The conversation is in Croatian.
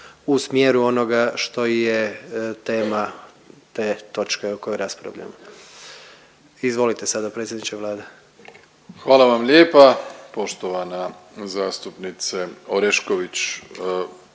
u smjeru onoga što je tema te točke o kojoj raspravljamo. Izvolite sada predsjedniče Vlade. **Plenković, Andrej (HDZ)** Hvala vam lijepa. Poštovana zastupnice Orešković,